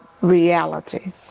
reality